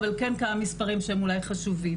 אבל כן כמה מספרים שהם אולי חשובים.